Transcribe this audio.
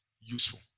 useful